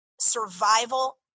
survival